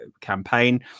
campaign